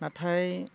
नाथाय